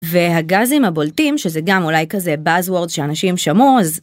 והגזים הבולטים, שזה גם אולי כזה באזוורד שאנשים שמעו אז...